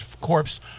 corpse